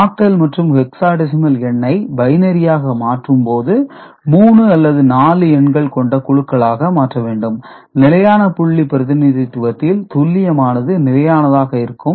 octal மற்றும் hexadecimal எண்ணை பைனரியாக மாற்றும்போது 3 அல்லது 4 எண்கள் கொண்ட குழுக்களாக மாற்ற வேண்டும் நிலையான புள்ளி பிரதிநிதித்துவத்தில் துல்லியமானது நிலையானதாக இருக்கும்